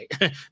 right